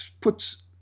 puts